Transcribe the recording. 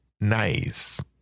nice